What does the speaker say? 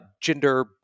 gender